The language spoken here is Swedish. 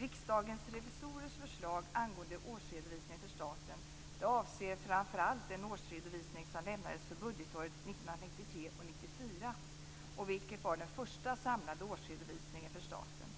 Riksdagens revisorers förslag angående årsredovisningen för staten avser framför allt den årsredovisning som lämnades för budgetåret 1993/94, vilket var den första samlade årsredovisningen för staten.